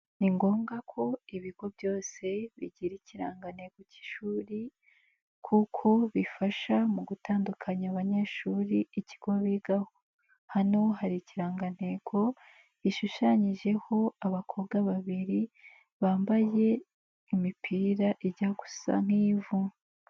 Ni ngombwa ko ibigo byose bigira ikirangantego cy'ishuri kuko bifasha mu gutandukanya abanyeshuri ikigo bigaho. Hano hari ikirangantego gishushanyijeho abakobwa babiri bambaye imipira ijya gusa nk'ivu.